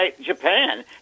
Japan